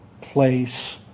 place